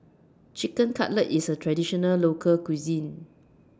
Chicken Cutlet IS A Traditional Local Cuisine